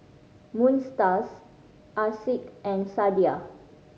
Moon Star Asic and Sadia